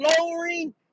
lowering